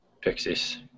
Pixies